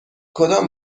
کدام